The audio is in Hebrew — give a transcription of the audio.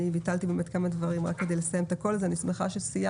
ביטלתי כמה דברים רק כדי שנוכל לסיים אותן היום ואני שמחה שסיימנו.